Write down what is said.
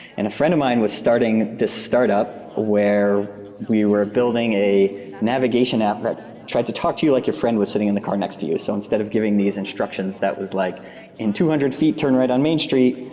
and a friend of mine was starting this startup where we were building a navigation app that tried to talk to you like your friend was sitting in the car next to you. so instead of giving these instructions that was like in two hundred feet, turn right on main street.